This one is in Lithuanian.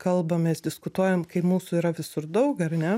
kalbamės diskutuojam kai mūsų yra visur daug ar ne